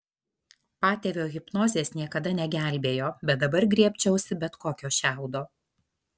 patėvio hipnozės niekada negelbėjo bet dabar griebčiausi bet kokio šiaudo